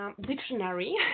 Dictionary